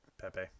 Pepe